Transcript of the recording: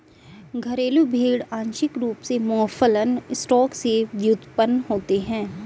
घरेलू भेड़ आंशिक रूप से मौफलन स्टॉक से व्युत्पन्न होते हैं